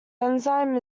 enzyme